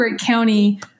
County